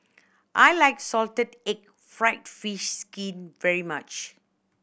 I like salted egg fried fish skin very much